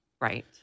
Right